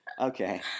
okay